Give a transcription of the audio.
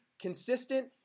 consistent